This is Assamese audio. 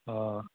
অ'